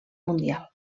mundial